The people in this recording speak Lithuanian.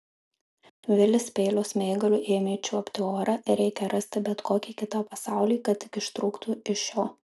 vilis peilio smaigaliu ėmė čiuopti orą reikia rasti bet kokį kitą pasaulį kad tik ištrūktų iš šio